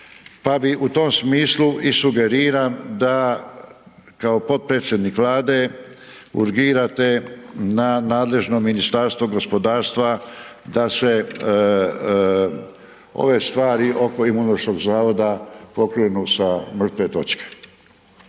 pa bi u tom smislu i sugeriram da kao potpredsjednik Vlade urgirate na nadležno Ministarstvo gospodarstva da se ove stvari oko Imunološkog zavoda pokrenu sa mrtve točke.